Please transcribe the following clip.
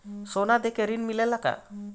सोना देके ऋण मिलेला का?